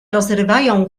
rozrywają